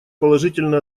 положительно